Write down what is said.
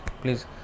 please